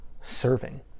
serving